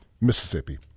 Mississippi